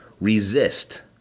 resist